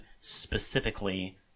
specifically